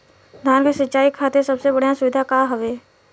धान क सिंचाई खातिर सबसे बढ़ियां सुविधा का हवे?